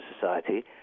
society